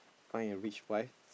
find a rich wife